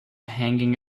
hanging